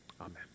Amen